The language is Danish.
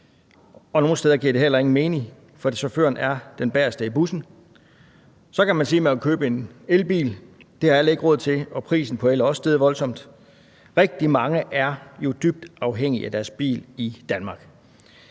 nogle steder giver det heller ingen mening, fordi chaufføren er den bageste i bussen. Så kan man sige, at man vil købe en elbil. Det har alle ikke råd til, og prisen på el er også steget voldsomt. Rigtig mange er jo dybt afhængige af deres bil i Danmark.